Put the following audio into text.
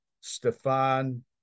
Stefan